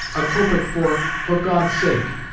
a copeck for for god's sake!